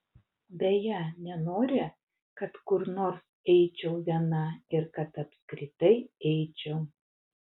beje nenori kad kur nors eičiau viena ir kad apskritai eičiau